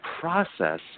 process